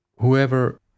whoever